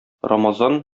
рамазан